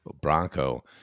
Bronco